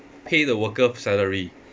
pay the worker salary